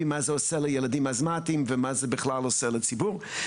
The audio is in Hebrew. מה זה עושה לילדים אסתמטיים ומה זה בכלל עושה לציבור,